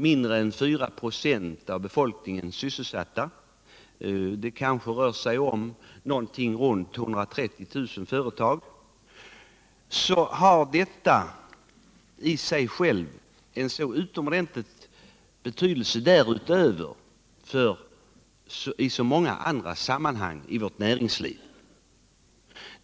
mindre än kanske 4 96 av befolkningen — det kan röra sig om ca 130 000 företag — har denna näring i sig själv en utomordentligt stor betydelse för andra delar av vårt näringsliv.